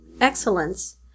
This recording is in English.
excellence